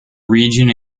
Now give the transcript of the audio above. region